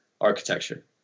architecture